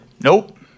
nope